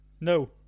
No